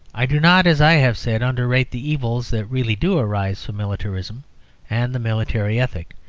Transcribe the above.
i do not, as i have said, underrate the evils that really do arise from militarism and the military ethic.